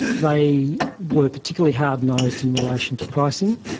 they were particularly hard-nosed in relation to pricing.